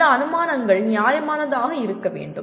இந்த அனுமானங்கள் நியாயமானதாக இருக்க வேண்டும்